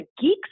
geeks